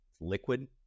liquid